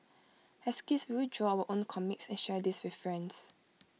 as kids we would draw our own comics and share these with friends